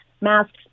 masks